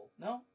No